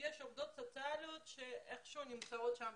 יש עובדות סוציאליות שאיכשהו נמצאות בקשר.